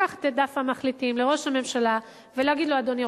לקחת את דף המחליטים לראש הממשלה ולהגיד לו: אדוני,